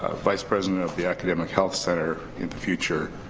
ah vice president of the academic health center in the future,